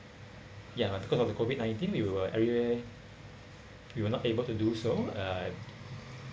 ya because of the COVID nineteen we were every~ we were not able to do so uh